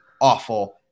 awful